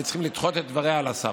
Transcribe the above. וצריך לדחות את דבריה על הסף.